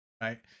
right